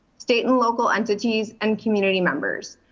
state and local entities and community members.